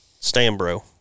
Stambro